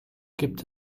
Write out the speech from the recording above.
gibt